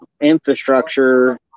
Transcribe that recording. infrastructure